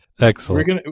Excellent